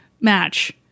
match